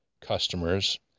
customers